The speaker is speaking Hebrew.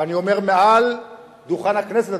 ואני אומר מעל דוכן הכנסת,